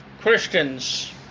Christians